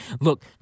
Look